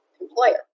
employer